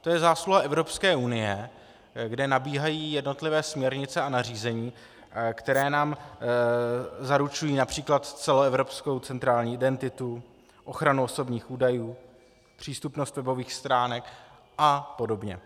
To je zásluha Evropské unie, kde nabíhají jednotlivé směrnice a nařízení, které nám zaručují například celoevropskou centrální identitu, ochranu osobních údajů, přístupnost webových stránek a podobně.